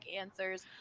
answers